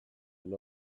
and